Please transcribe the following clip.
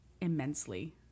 Immensely